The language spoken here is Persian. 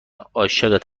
عاشقت